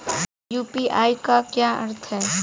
UPI का क्या अर्थ है?